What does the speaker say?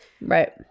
right